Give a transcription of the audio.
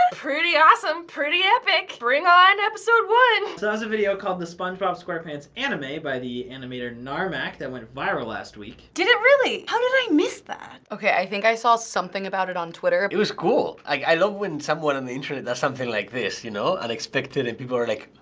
pretty awesome. pretty epic. bring on episode one! so that was a video called the spongebob squarepants anime by the animator narmak that went viral last week. did it really? how did i miss that? okay, i think i saw something about it on twitter. it was cool. i love when someone on the internet does something like this, you know, unexpected, and people are like,